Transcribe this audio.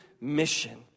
mission